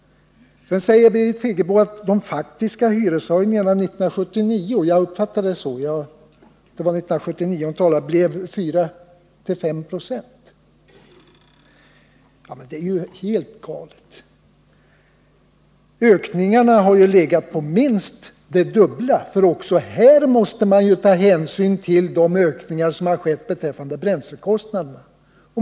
Sedan säger Birgit Friggebo att de faktiska hyreshöjningarna 1979 — jag uppfattade att det var det året hon talade om — blev 4-5 96. Det är ju helt galet. Ökningarna har legat på minst det dubbla, för också här måste man ta hänsyn till de ökade bränslekostnaderna.